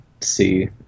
see